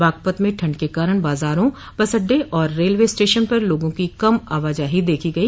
बागपत में ठंड के कारण बाजारों बस अड्डे और रेलवे स्टेशन पर लोगों की कम आवाजाही देखी गई